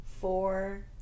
four